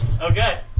Okay